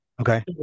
Okay